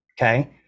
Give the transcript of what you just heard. okay